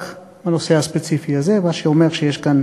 רק בנושא הספציפי הזה, מה שאומר שיש כאן